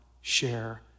share